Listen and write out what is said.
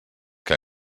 que